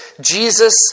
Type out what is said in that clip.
Jesus